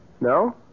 No